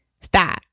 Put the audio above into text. Stop